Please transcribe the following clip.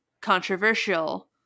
controversial